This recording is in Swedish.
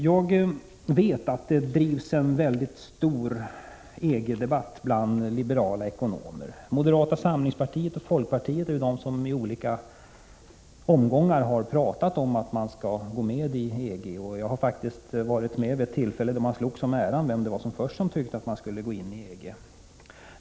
Jag vet att det drivs en stor EG-debatt bland liberala ekonomer. Moderata samlingspartiet och folkpartiet är de som i olika omgångar har pratat om att vi skulle gå med i EG. Jag har faktiskt varit med vid ett tillfälle då man slogs om äran, vem som först tyckte att Sverige skulle gå med i EG.